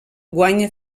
guanya